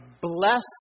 bless